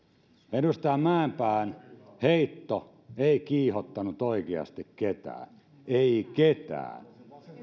edustaja mäenpään heitto ei kiihottanut oikeasti ketään ei ketään